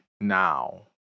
now